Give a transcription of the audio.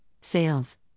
sales